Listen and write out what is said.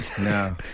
No